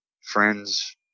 friends